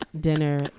dinner